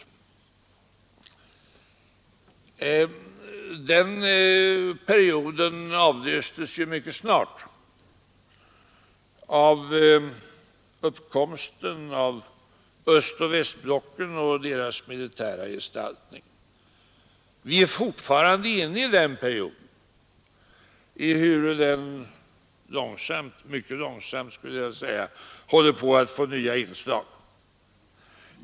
Den perioden avlöstes mycket snart av uppkomsten av östoch västblocken och deras militära gestaltning. Vi är fortfarande inne i den perioden, ehuru den långsamt — mycket långsamt skulle jag vilja säga — håller på att få nya inslag.